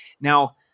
Now